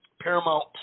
Paramount